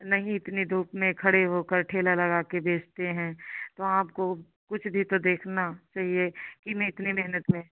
नहीं इतनी धूप में खड़े होकर ठेला लगा कर बेचते हैं तो आपको कुछ भी तो देखना चाहिए कि मैं इतने मेहनत में